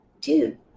dude